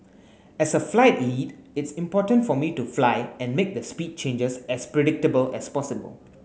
as a flight lead it's important for me to fly and make the speed changes as predictable as possible